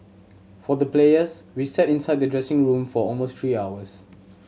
for the players we sat inside the dressing room for almost three hours